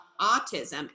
autism